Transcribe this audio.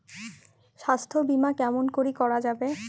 স্বাস্থ্য বিমা কেমন করি করা যাবে?